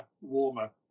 warmer